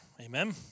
amen